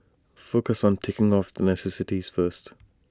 focus on ticking off the necessities first